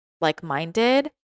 like-minded